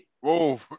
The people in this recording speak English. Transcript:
Whoa